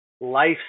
life